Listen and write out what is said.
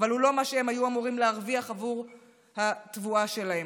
אבל זה לא מה שהם היו אמורים להרוויח עבור התבואה שלהם.